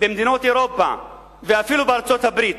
במדינות אירופה ואפילו בארצות-הברית